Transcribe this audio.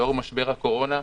לאור משבר הקורונה,